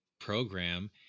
program